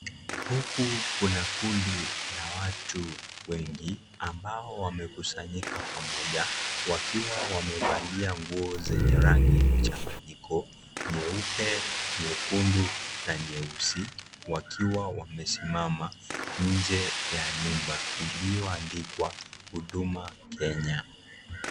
Huku kuna kundi la watu wengi ambao wamekusanyika pamoja wakiwa wmevalia nguo zenye rangi mchanganyiko ,nyupe, nyekundu na nyeusi wakiwa wamesimama nje ya nyumba iliyoandikwa huduma Kenya.